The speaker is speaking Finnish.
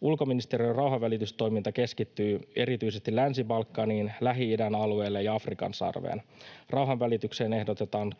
Ulkoministeriön rauhanvälitystoiminta keskittyy erityisesti Länsi-Balkaniin, Lähi-idän alueelle ja Afrikan sarveen. Rauhanvälitykseen ehdotetaan